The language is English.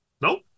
Nope